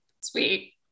Sweet